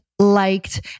liked